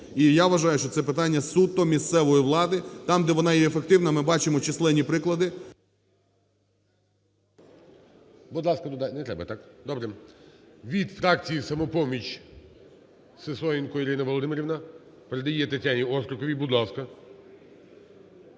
І я вважаю, що це питання суто місцевої влади. Там, де вона є ефективна, ми бачимо численні приклади…